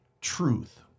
truth